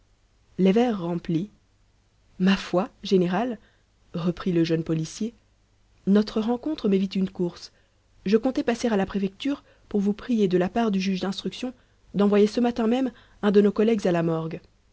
les verres remplis ma foi général reprit le jeune policier notre rencontre m'évite une course je comptais passer à la préfecture pour vous prier de la part du juge d'instruction d'envoyer ce matin même un de nos collègues à la morgue